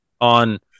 on